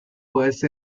باعث